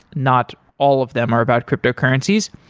not all of them are about cryptocurrencies,